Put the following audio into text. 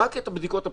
רק בדיקות ה-PCR.